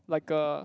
like a